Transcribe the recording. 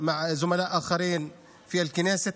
עם חברים נוספים בכנסת,